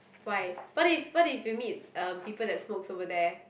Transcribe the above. why what if what if you meet um people that smokes over there